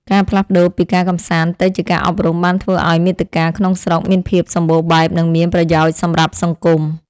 ការផ្លាស់ប្តូរពីការកម្សាន្តទៅជាការអប់រំបានធ្វើឱ្យមាតិកាក្នុងស្រុកមានភាពសម្បូរបែបនិងមានប្រយោជន៍សម្រាប់សង្គម។